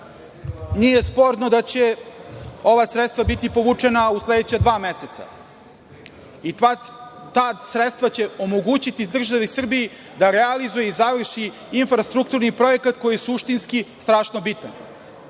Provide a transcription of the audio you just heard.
Nije sporno da će ova sredstva biti povučena u sledeća dva meseca. Ta sredstva će omogućiti državi Srbiji da realizuje i završi infrastrukturni projekat koji je suštinski strašno bitan. Danas